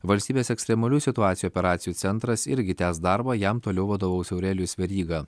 valstybės ekstremalių situacijų operacijų centras irgi tęs darbą jam toliau vadovaus aurelijus veryga